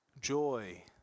joy